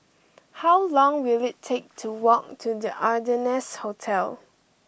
how long will it take to walk to The Ardennes Hotel